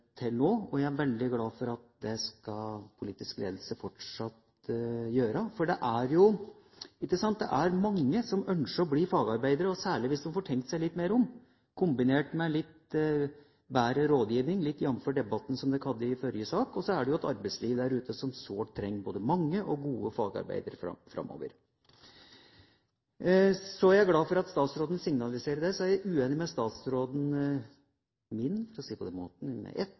til nå, og jeg er veldig glad for at politisk ledelse fortsatt skal gjøre det. Det er mange som ønsker å bli fagarbeider, og særlig hvis de får tenkt seg litt mer om, kombinert med litt bedre rådgivning, jf. debatten i forrige sak. Og så er det et arbeidsliv der ute som sårt trenger både mange og gode fagarbeidere framover. Så jeg er glad for at statsråden signaliserer dette. Jeg er uenig med statsråden min – for å si det på den måten